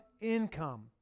income